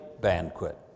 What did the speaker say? banquet